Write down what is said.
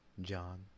John